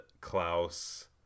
Klaus